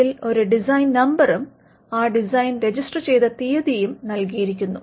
അതിൽ ഒരു ഡിസൈൻ നമ്പറും ആ ഡിസൈൻ രജിസ്റ്റർ ചെയ്ത തീയതിയും നൽകിയിരിക്കുന്നു